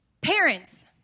Parents